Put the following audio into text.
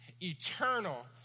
eternal